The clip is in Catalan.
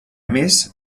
més